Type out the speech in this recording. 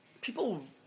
People